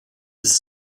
ist